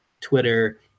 Twitter